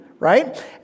right